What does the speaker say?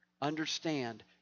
understand